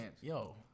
yo